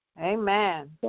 Amen